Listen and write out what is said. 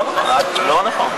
לא נכון, לא נכון.